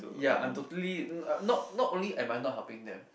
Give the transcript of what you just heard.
ya I'm totally not not only am I not helping them